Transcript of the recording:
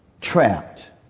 Trapped